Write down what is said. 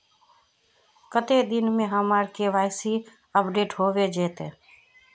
कते दिन में हमर के.वाई.सी अपडेट होबे जयते?